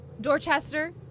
Dorchester